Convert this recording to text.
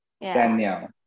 Daniel